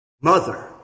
mother